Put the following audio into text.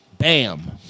Bam